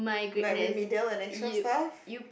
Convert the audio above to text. like remedial and extra stuff